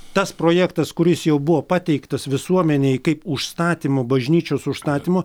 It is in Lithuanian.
tas projektas kuris jau buvo pateiktas visuomenei kaip užstatymo bažnyčios užstatymo